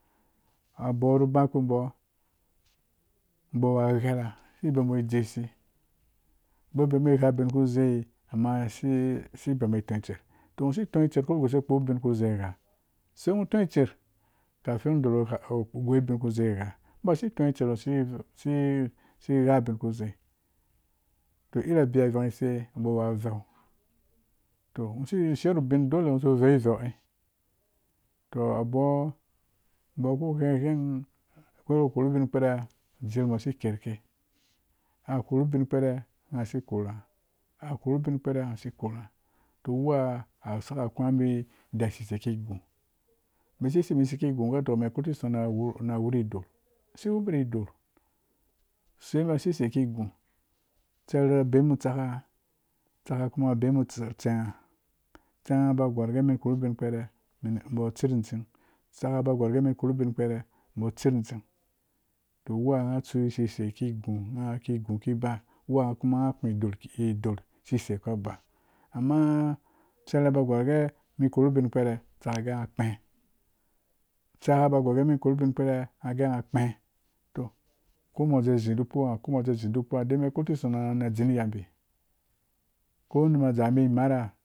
A bɔɔ ru ba kpũbo bo awu gherhe si bemubo dze usi bo bemigha bin ku zei nasi bembo tõõ tser to ngho si tõõ tser ngho korhu guse nu kpo bingha ku zeya gha. sei ngho tõõ tser kafin ngho derhu goi bingha ku zeyi gha basi tõõ itser ngho sigha ubin ku. zei to iri biya vansi bɔɔwu aveu to ngho si shiru bin dolle ngo zu veu veu to abɔɔ bo wu ku ghween ghween o ngho korhu. bin kpɛrɛ a dzirh bo si kerke a karhu bin kpɛrɛ ngha si. korhungha. uwuwa a saka kungubi da susei ki gu bisi sesei ki zei gu dokabi korho tiki song na wuri idor si wubi idor seibi sesei ki gu tserha abemu tsaka-tsaka kuma bemu tsengha tsenga ba gorgee men korhu bin kpɛrɛ bo tsir dzing tsaka ba gorgee bo korhu bin kpɛrɛ bo tsir dzing to wuha ngha tsu si sei ki gu gurghe ki gu kiba ngha kuma ku dor ba sisei kaba amma tserha ba gora gee men korhu bin kpɛrɛ tsaka gee ngha kpee tsaka ba gor gee men korhu bin kpɛrɛ ngha gee ngha kpee to ko nghamo dze zi du kpungha ko nghamo dze zi di kpungha de be karhu tikison na dzin ya bi ko num a dzaa bi imara